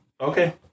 Okay